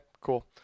cool